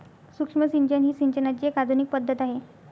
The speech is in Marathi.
सूक्ष्म सिंचन ही सिंचनाची एक आधुनिक पद्धत आहे